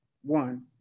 one